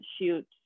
shoot